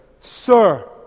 Sir